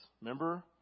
Remember